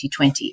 2020